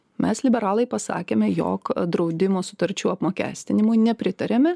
mes liberalai pasakėme jog draudimo sutarčių apmokestinimui nepritariame